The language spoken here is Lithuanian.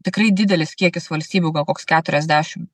tikrai didelis kiekis valstybių gal koks keturiasdešim